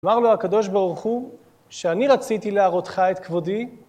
אמר לו הקדוש ברוך הוא, כשאני רציתי להראותך את כבודי.